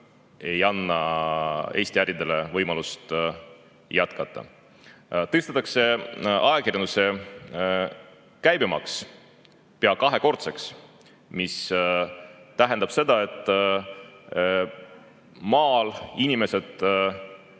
Eesti äridele võimalust jätkata. Tõstetakse ajakirjanduse käibemaks pea kahekordseks, mis tähendab seda, et maal hakkavad